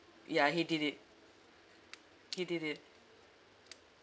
ya he did it he did it